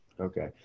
Okay